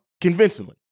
convincingly